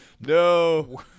No